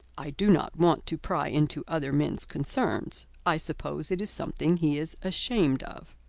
i do not want to pry into other men's concerns. i suppose it is something he is ashamed of.